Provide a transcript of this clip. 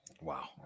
Wow